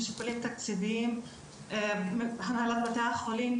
משיקולים תקציביים הנהלת בתי החולים